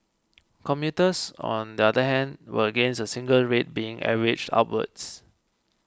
commuters on the other hand were against a single rate being averaged upwards